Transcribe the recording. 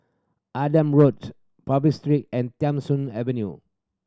Adam Road Purvis Street and Tham Soong Avenue